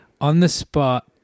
on-the-spot